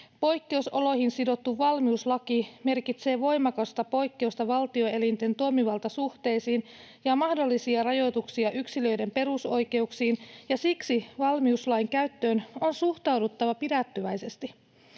Poikkeusoloihin sidottu valmiuslaki merkitsee voimakasta poikkeusta valtioelinten toimivaltasuhteisiin ja mahdollisia rajoituksia yksilöiden perusoikeuksiin, ja siksi valmiuslain käyttöön on suhtauduttava pidättyväisesti.